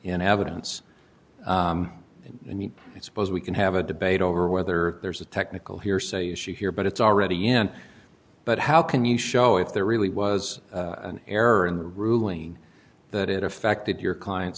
in evidence and it's because we can have a debate over whether there's a technical hearsay issue here but it's already en but how can you show if there really was an error in the ruling that it affected your client